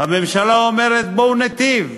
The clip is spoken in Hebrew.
הממשלה אומרת: בואו ניטיב,